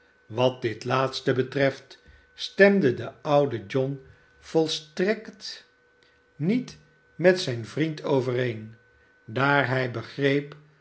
wat dit laatste betreft sternde de oude john volstrekt niet met zijn vriend overeen daar hij begreep